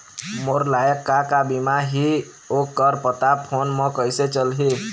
मोर लायक का का बीमा ही ओ कर पता फ़ोन म कइसे चलही?